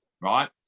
right